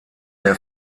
der